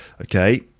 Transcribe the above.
Okay